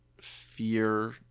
fear